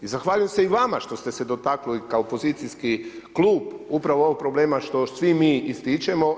I zahvaljujem se i vama što ste se dotaknuli kao opozicijski klub upravo ovog problema što svi mi ističemo.